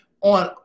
on